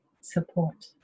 support